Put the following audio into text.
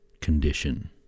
condition